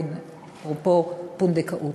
אפרופו פונדקאות.